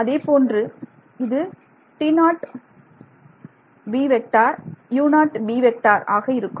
அதேபோன்று இது ஆக இருக்கும்